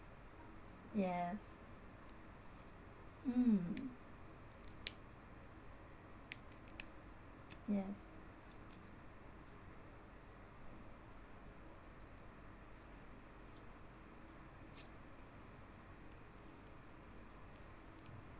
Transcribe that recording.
yes mm yes